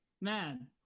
Man